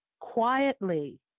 quietly